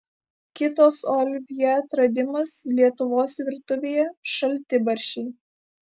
kitas olivjė atradimas lietuvos virtuvėje šaltibarščiai